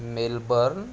Melbourne